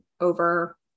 over